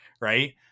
Right